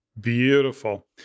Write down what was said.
Beautiful